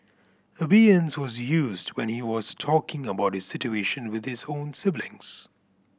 Abeyance was used when he was talking about this situation with his own siblings